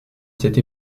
cette